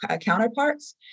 counterparts